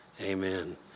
Amen